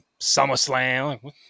SummerSlam